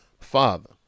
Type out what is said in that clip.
father